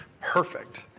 perfect